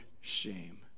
shame